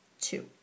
two